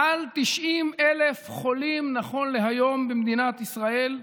מעל 90,000 חולים נכון להיום במדינת ישראל.